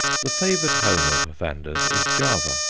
the favoured home of vandas is java.